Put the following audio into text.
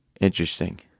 Interesting